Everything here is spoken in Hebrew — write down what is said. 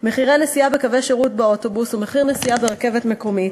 (מחירי נסיעה בקווי שירות באוטובוס ומחיר נסיעה ברכבת מקומית)